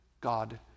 God